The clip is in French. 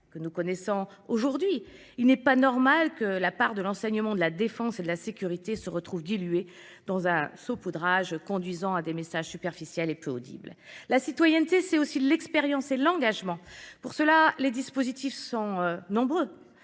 que nous connaissons aujourd'hui. Il n'est pas normal que la part de l'enseignement de la défense et de la sécurité se retrouve diluée dans un saupoudrage conduisant à des messages superficiels et peu audibles. La citoyenneté, c'est aussi l'expérience et l'engagement. Pour cela, les dispositifs sont nombreux.